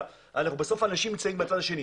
בסוף אנשים נמצאים בצד השני.